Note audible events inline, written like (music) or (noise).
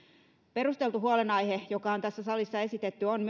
perusteltu huolenaihe joka on tässä salissa esitetty on (unintelligible)